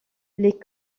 les